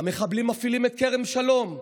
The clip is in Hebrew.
המחבלים מפעילים את כרם שלום,